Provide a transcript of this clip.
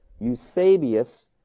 Eusebius